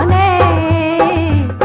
a